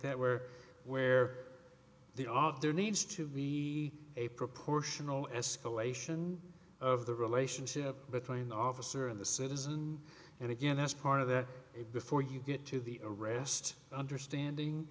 that where where they are there needs to be a proportional escalation of the relationship between the officer and the citizen and again that's part of that before you get to the arrest understanding